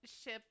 ship